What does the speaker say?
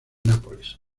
nápoles